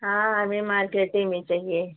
हाँ हमें मार्केटे में चाहिए